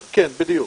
לברכות.